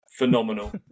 Phenomenal